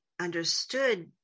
understood